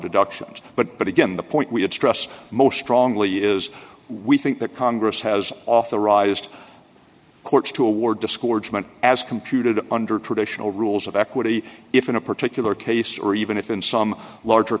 deductions but but again the point we have stressed most strongly is we think that congress has authorized courts to award discords meant as computed under traditional rules of equity if in a particular case or even if in some larger